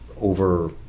over